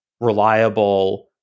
reliable